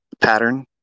pattern